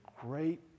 great